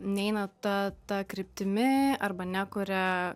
neina ta ta kryptimi arba ne kuria